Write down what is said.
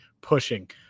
pushing